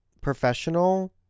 professional